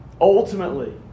ultimately